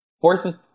forces